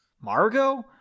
Margot